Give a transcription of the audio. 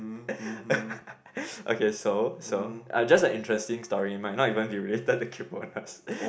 okay so so uh just a interesting story it might not even be related to kaypohness